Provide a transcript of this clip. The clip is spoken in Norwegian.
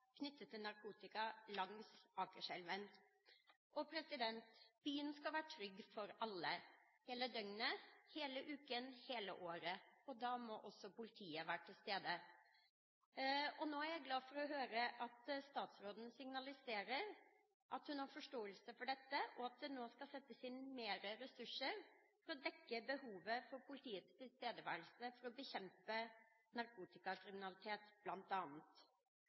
knyttet til narkotika langs Akerselven. Byen skal være trygg for alle – hele døgnet, hele uken, hele året. Da må politiet være til stede. Nå er jeg glad for å høre at statsråden signaliserer at hun har forståelse for dette, og at det nå skal settes inn mer ressurser for å dekke behovet for politiets tilstedeværelse for å bekjempe narkotikakriminalitet,